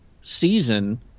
season